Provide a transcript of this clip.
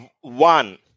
One